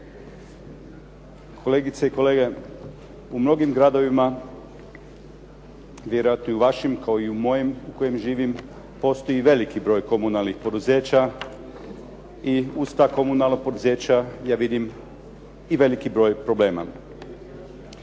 Kolegice i kolege, u mnogim gradovima, vjerojatno i u vašim, kao i u mojim u kojem živim postoji veliki broj komunalnih poduzeća i uz ta komunalna poduzeća ja vidim i veliki broj problema.